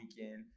weekend